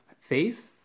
face